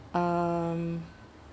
um